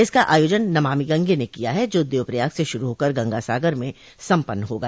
इसका आयोजन नमामि गंगे ने किया है जो देव प्रयाग से शुरु होकर गंगा सागर में सम्पन्न होगा